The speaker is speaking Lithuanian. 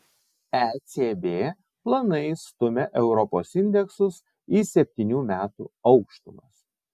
ecb planai stumia europos indeksus į septynių metų aukštumas